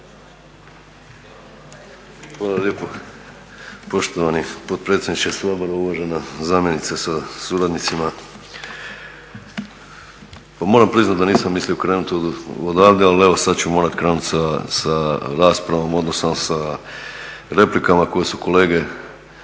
Hvala lijepo poštovani potpredsjedniče Sabora, uvažena zamjenice sa suradnicima. Pa moram priznati da nisam mislio krenuti odavde, ali evo sad ću morati krenuti sa raspravom odnosno sa replikama koje su kolege